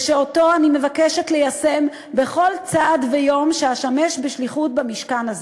ואותו אני מבקשת ליישם בכל צעד ויום שאשמש בשליחות במשכן הזה.